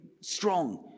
strong